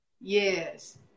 yes